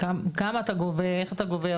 לכמה בדיוק אתה גובה ואיך אתה גובה,